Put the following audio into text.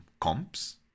comps